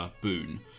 boon